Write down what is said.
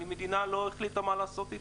המדינה לא החליטה מה לעשות איתם.